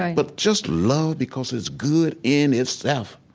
but just love because it's good in itself,